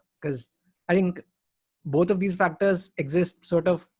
cause i think both of these factors exist, sort of,